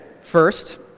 first